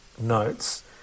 notes